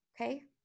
okay